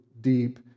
deep